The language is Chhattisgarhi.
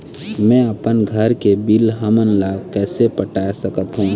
मैं अपन घर के बिल हमन ला कैसे पटाए सकत हो?